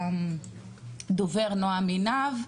הדובר נועם עינב,